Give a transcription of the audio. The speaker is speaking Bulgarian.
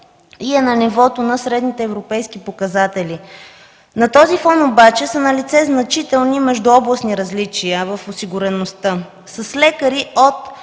и е на нивото на средните европейски показатели. На този фон обаче са налице значителни междуобластни различия в осигуреността с лекари от